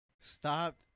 stopped